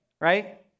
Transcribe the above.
right